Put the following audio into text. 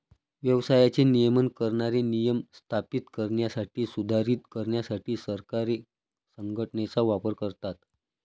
व्यवसायाचे नियमन करणारे नियम स्थापित करण्यासाठी, सुधारित करण्यासाठी सरकारे संघटनेचा वापर करतात